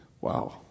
Wow